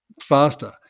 faster